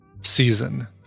season